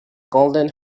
golden